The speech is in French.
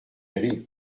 aller